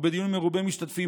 ובדיון מרובה משתתפים,